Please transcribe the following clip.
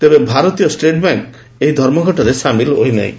ତେବେ ଭାରତୀୟ state bank ଏହି ଧର୍ମଘଟରେ ସାମିଲ୍ ହୋଇ ନାହିଁ